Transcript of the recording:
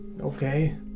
Okay